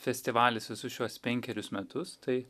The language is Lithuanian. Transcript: festivalis visus šiuos penkerius metus tai